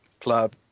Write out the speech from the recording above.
club